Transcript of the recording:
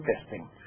testing